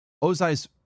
Ozai's